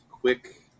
quick